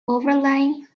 overlying